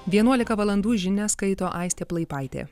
vienuolika valandų žinias skaito aistė plaipaitė